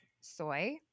soy